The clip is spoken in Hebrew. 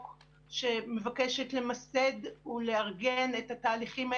שמבקשת למסד ולארגן את התהליכים האלה,